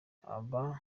aba